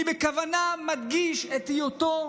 אני בכוונה מדגיש את היותו